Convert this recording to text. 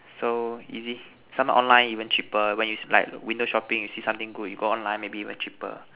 so easy some online even cheaper when is like window shopping you see something good you go online maybe even cheaper